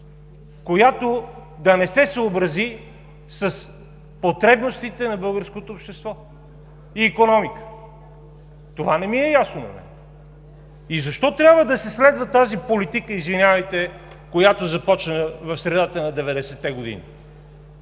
която да не се съобрази с потребностите на българското общество и икономика?! Това не ми е ясно. Извинявайте, но защо трябва да се следва тази политика, която започна в средата на 90-те години?